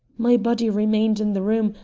my body remained in the room,